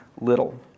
little